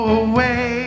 away